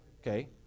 Okay